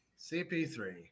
CP3